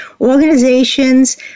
organizations